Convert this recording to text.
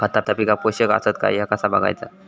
खता पिकाक पोषक आसत काय ह्या कसा बगायचा?